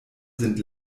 sind